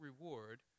reward